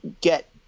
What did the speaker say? get